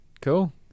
cool